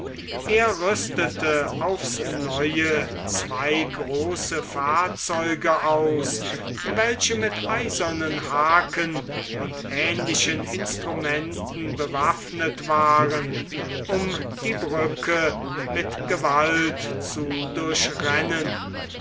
er rüstete aufs neue zwei große fahrzeuge aus welche mit eisernen haken und ähnlichen instrumenten bewaffnet waren um die brücke mit gewalt zu durchrennen